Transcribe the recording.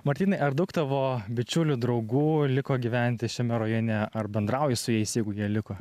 martynai ar daug tavo bičiulių draugų liko gyventi šiame rajone ar bendrauji su jais jeigu jie liko